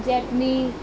Japanese